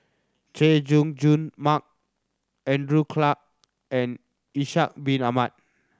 Chay Jung Jun Mark Andrew Clarke and Ishak Bin Ahmad